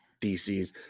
DCs